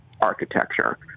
architecture